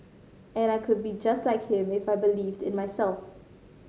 and I could be just like him if I believed in myself